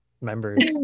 members